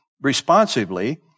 responsibly